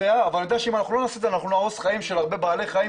אבל אני יודע שאם לא נעשה את זה נהרוס חיים של הרבה בעלי חיים.